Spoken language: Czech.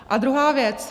A druhá věc.